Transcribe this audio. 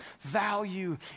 value